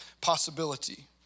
possibility